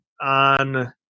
on